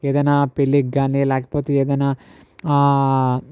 ఏదైనా పెళ్ళిగ్గాని లేకపోతే ఏదైనా